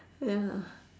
ya